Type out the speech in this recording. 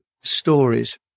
stories